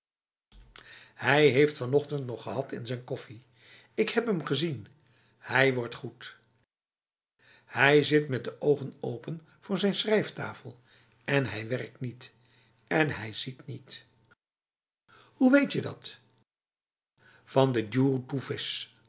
hij heeft vanochtend nog gehad in zijn koffie ik heb hem gezien hij wordt goed hij zit met de ogen open voor zijn schrijftafel en hij werkt niet en hij ziet niet hoe weet je dat van de